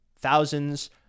thousands